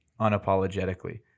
unapologetically